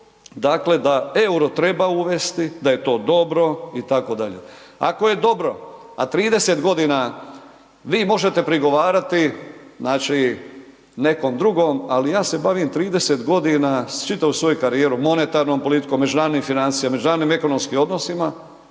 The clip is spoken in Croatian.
dakle da EUR-o treba uvesti, da je to dobro itd. Ako je dobro, a 30 godina vi možete prigovarati znači nekom drugom, ali ja se bavim 30 godina, čitavu svoju karijeru, monetarnom politikom, međunarodnim financijama, međunarodnim ekonomskim odnosima,